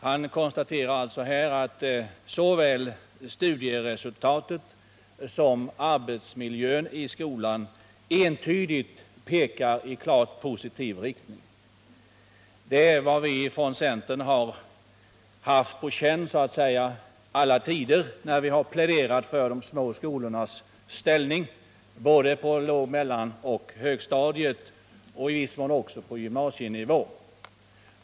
Han konstaterar att det han funnit beträffande såväl studieresultat som arbetsmiljö i skolan entydigt pekar i klart positiv riktning. Det är vad vi från centern har haft på känn, så att säga, hela tiden när vi har pläderat för de små skolornas ställning på låg-, mellanoch högstadierna och i viss mån också på gymnasienivå.